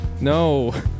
No